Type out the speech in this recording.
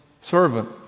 servant